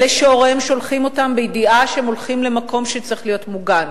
אלה שהוריהם שולחים אותם בידיעה שהם הולכים למקום שצריך להיות מוגן.